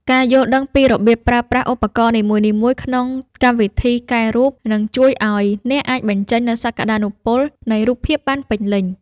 ការយល់ដឹងពីរបៀបប្រើប្រាស់ឧបករណ៍នីមួយៗក្នុងកម្មវិធីកែរូប នឹងជួយឱ្យអ្នកអាចបញ្ចេញនូវសក្តានុពលនៃរូបភាពបានពេញលេញ។